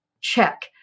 Check